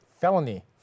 Felony